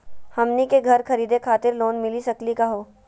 हमनी के घर खरीदै खातिर लोन मिली सकली का हो?